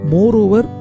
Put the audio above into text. Moreover